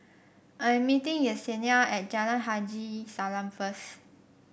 I am meeting Yesenia at Jalan Haji Salam first